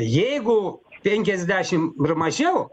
jeigu penkiasdešim ir mažiau